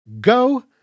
Go